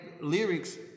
lyrics